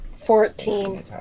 Fourteen